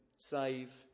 save